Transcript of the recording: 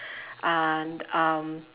and um